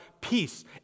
peace